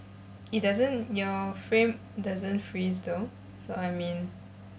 it doesn't your frame doesn't freeze though so I mean